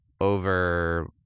over